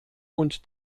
und